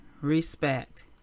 respect